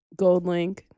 Goldlink